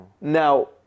now